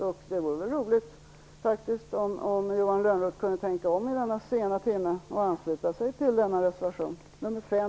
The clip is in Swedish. Det vore roligt om Johan Lönnroth kunde tänka om i denna sena timme och ansluta sig till vår reservation, nr 5.